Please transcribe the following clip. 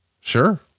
Sure